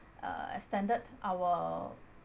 uh extended our